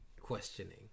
questioning